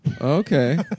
Okay